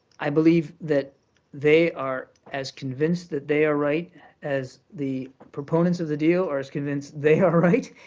i believe that they are as convinced that they are right as the proponents of the deal are as convinced they are right.